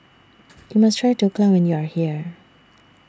YOU must Try Dhokla when YOU Are here